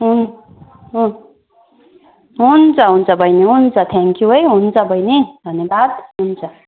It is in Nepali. उम् उम् हुन्छ हुन्छ बहिनी हुन्छ थ्याङ्क यू है हुन्छ बहिनी धन्यवाद हुन्छ